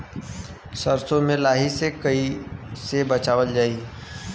सरसो में लाही से कईसे बचावल जाई?